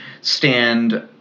stand